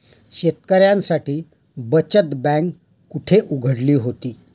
शेतकऱ्यांसाठी बचत बँक कुठे उघडली होती?